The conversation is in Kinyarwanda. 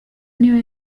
niyo